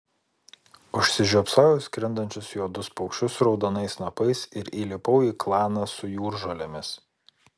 užsižiopsojau į skrendančius juodus paukščius raudonais snapais ir įlipau į klaną su jūržolėmis